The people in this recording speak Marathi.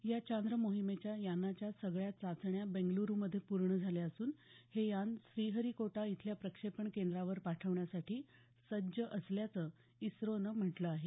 या चांद्र मोहिमेच्या यानाच्या सगळ्या चाचण्या बेंगलुरु मध्ये पूर्ण झाल्या असून हे यान श्रीहरिकोटा इथल्या प्रक्षेपण केंद्रावर पाठवण्यासाठी सज्ज असल्याचं इस्त्रोनं म्हटलं आहे